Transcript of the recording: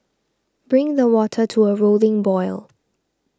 bring the water to a rolling boil